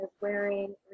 wearing